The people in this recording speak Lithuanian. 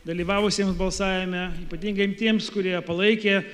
dalyvavusiems balsavime ypatingai tiems kurie palaikė